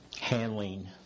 handling